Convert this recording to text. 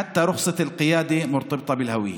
אפילו רישיון הנהיגה מותנה בתעודת הזהות.